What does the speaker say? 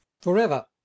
forever